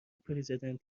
پرزیدنت